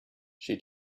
she